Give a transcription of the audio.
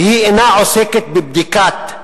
והיא אינה עוסקת בבדיקת,